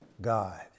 God